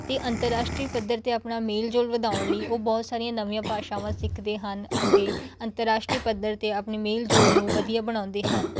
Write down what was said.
ਅਤੇ ਅੰਤਰਰਾਸ਼ਟਰੀ ਪੱਧਰ 'ਤੇ ਆਪਣਾ ਮੇਲ ਜੋਲ ਵਧਾਉਣ ਲਈ ਉਹ ਬਹੁਤ ਸਾਰੀਆਂ ਨਵੀਆਂ ਭਾਸ਼ਾਵਾਂ ਸਿੱਖਦੇ ਹਨ ਅਤੇ ਅੰਤਰਰਾਸ਼ਟਰੀ ਪੱਧਰ 'ਤੇ ਆਪਣੇ ਮੇਲ ਜੋਲ ਨੂੰ ਵਧੀਆ ਬਣਾਉਂਦੇ ਹਨ